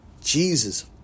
Jesus